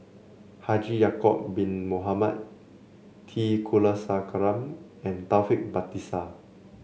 Haji Ya'acob Bin Mohamed T Kulasekaram and Taufik Batisah